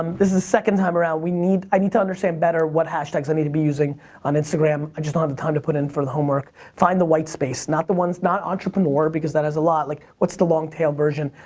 um this is the second time around. we need, i need to understand better what hashtags i need to be using on instagram. i just don't have the time to put in for the homework. find the white space, not the ones, not entrepreneur because that has a lot. like, what's the long tail version.